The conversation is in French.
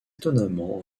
étonnamment